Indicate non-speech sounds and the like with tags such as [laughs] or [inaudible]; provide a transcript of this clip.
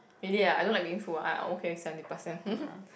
really ah I don't like being full ah I'm okay with seventy percent [laughs]